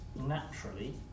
naturally